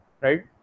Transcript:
right